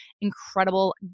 incredible